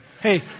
Hey